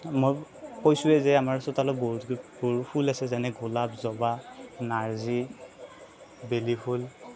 মই কৈছোঁ য়েই যে আমাৰ চোতালত বহুতবোৰ ফুল ফুল আছে যেনে গোলাপ জবা নাৰ্জি বেলি ফুল